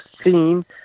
scene